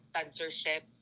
censorship